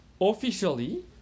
officially